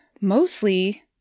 Mostly